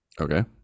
okay